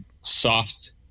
soft